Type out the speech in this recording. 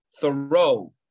Thoreau